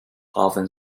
often